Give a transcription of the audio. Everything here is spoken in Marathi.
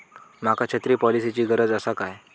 माका छत्री पॉलिसिची गरज आसा काय?